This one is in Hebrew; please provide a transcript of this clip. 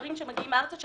צפרים שמגיעים ארצה.